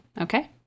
Okay